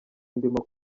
ndimo